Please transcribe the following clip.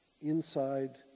inside